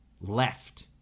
left